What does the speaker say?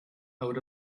out